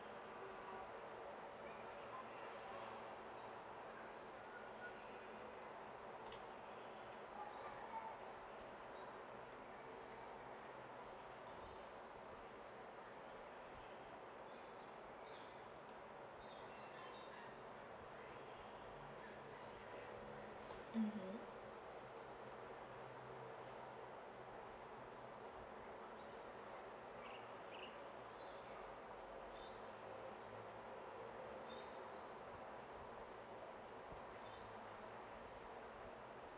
mmhmm